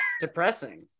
Depressing